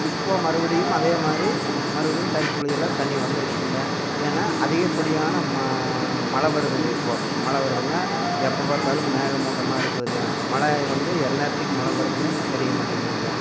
இப்போ மறுபடியும் அதேமாதிரி மறுபடியும் தறிக் குழியில் தண்ணி வந்துருக்குதுங்க ஏன்னால் அதிகப்படியான ம மழை வருதுங்க இப்போது மழை வருதுங்க எப்போ பார்த்தாலும் மேகமூட்டமாக இருக்குதுங்க மழை வந்து எந்நேரத்துக்கு மழை வருதுனே தெரியமாட்டேங்குதுங்க